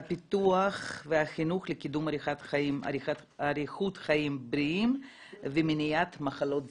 הפיתוח והחינוך לקידום אריכות חיים בריאים ומניעת מחלות זקנה.